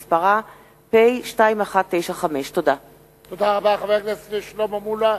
מאת חברת הכנסת דליה איציק,